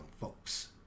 folks